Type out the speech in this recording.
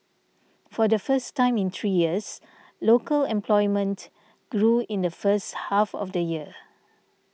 for the first time in three years local employment grew in the first half of the year